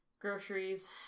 groceries